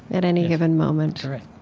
at any given moment you're right.